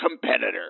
competitor